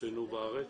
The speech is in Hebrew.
אצלנו בארץ,